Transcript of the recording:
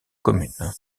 commune